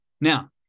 now